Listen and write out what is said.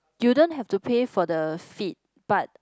you don't have to pay for the feed but